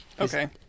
Okay